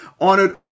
honored